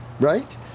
Right